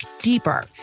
deeper